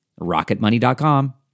Rocketmoney.com